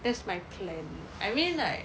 that's my plan I mean like